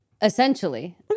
Essentially